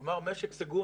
הוא אמר משק סגור,